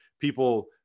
people